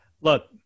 Look